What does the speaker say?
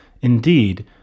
Indeed